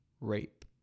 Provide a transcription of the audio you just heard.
rape